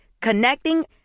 Connecting